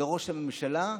לראש הממשלה,